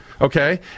okay